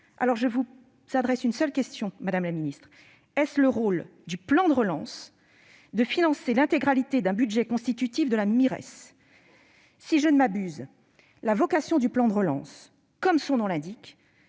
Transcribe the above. titre du plan de relance ! Une question, madame la ministre : est-ce le rôle du plan de relance de financer l'intégralité d'un budget constitutif de la Mires ? Non ! Si je ne m'abuse, la vocation du plan de relance, comme son nom l'indique,